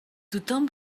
tothom